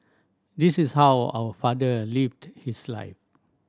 this is how our father lived his life